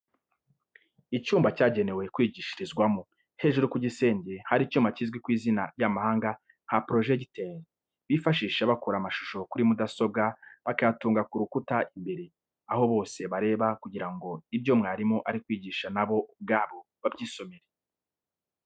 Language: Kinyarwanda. Icyumba cyagenewe kwigishirizwamo. Hejuru ku gisenge hari icyuma kizwi ku izina ry'amahanga nka porojegiteri bifashisha bakura amashusho kuri mudasobwa bakayatunga ku rukuta imbere, aho bose bareba kugira ngo ibyo mwarimu ari kwigisha na bo ubwabo babyisomere.